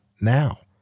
now